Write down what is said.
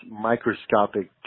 microscopic